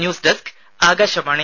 news desk Akashvani